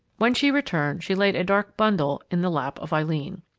when she returned, she laid a dark bundle in the lap of eileen.